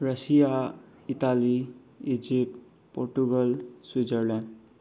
Russia Italy Egypt Portugal Switzerland